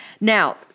Now